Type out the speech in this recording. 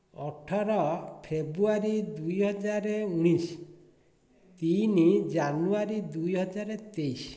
ଅଠର ଫେବ୍ରୁଆରୀ ଦୁଇ ହଜାର ଉଣେଇଶ ତିନି ଜାନୁଆରୀ ଦୁଇ ହଜାର ତେଇଶ